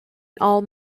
old